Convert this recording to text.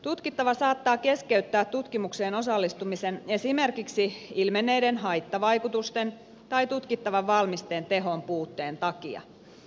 tutkittava saattaa keskeyttää tutkimukseen osallistumisen esimerkiksi ilmenneiden haittavaikutusten tai tutkittavan valmisteen tehon puutteen takia